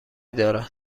دارد